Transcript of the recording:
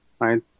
right